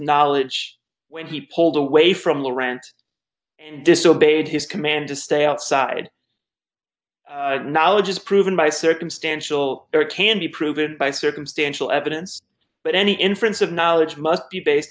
knowledge when he pulled away from the rant disobeyed his command to stay outside knowledge is proven by circumstantial it can be proven by circumstantial evidence but any inference of knowledge must be based